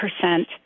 percent